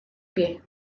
pie